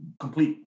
complete